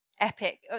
epic